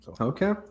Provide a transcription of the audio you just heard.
Okay